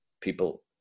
people